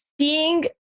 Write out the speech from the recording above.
seeing